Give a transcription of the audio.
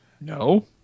no